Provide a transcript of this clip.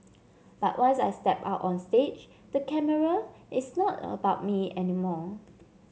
but once I step out on the stage the camera it's not about me anymore